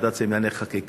ועדת שרים לענייני חקיקה,